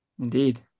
indeed